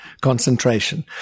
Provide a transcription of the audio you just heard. concentration